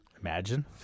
Imagine